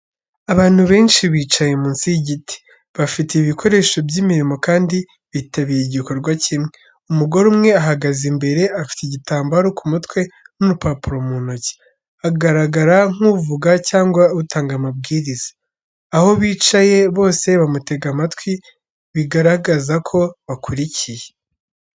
Abantu benshi bicaye munsi y’igiti, bafite ibikoresho by’imirimo kandi bitabiriye igikorwa kimwe. Umugore umwe ahagaze imbere, afite igitambaro ku mutwe n’urupapuro mu ntoki, agaragara nk’uvuga cyangwa utanga amabwiriza. Aho bicaye bose bamutega amatwi bigaragazako bakurikiye.